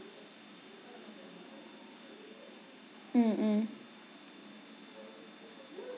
mm mm